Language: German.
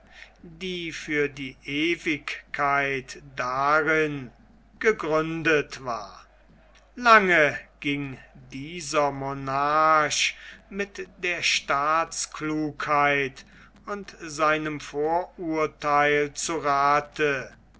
die für die ewigkeit darin gegründet war lange ging dieser monarch mit der staatsklugheit und seinem vorurtheil zu rathe